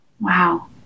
Wow